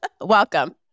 Welcome